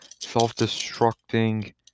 Self-destructing